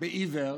בעיוור